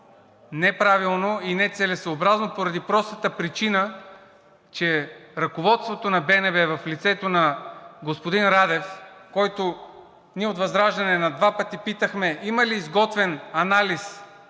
неправилно и нецелесъобразно поради простата причина, че ръководството на БНБ в лицето на господин Радев, който ние от ВЪЗРАЖДАНЕ на два пъти питахме има ли изготвен анализ